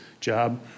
job